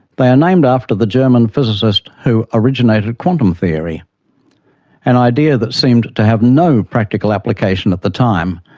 they are named after the german physicist who originated quantum theory an idea that seemed to have no practical application at the time,